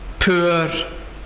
poor